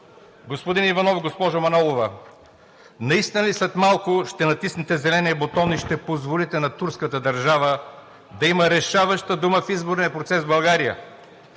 господин Иванов, госпожо Манолова?! Наистина ли след малко ще натиснете зеления бутон и ще позволите на турската държава да има решаваща дума в изборния процес в България?